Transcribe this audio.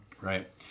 right